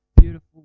beautiful